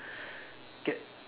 get